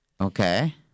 Okay